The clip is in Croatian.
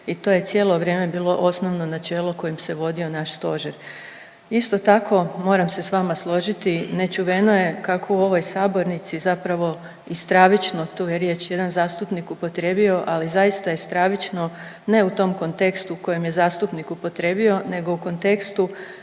i to je cijelo vrijeme bilo osnovno načelo kojim se vodio naš stožer. Isto tako moram se s vama složiti, nečuveno je kako u ovoj sabornici zapravo i stravično, tu je riječ jedan zastupnik upotrijebio, ali zaista je stravično ne u tom kontekstu u kojem je zastupnik upotrijebio nego u kontekstu